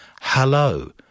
Hello